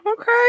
Okay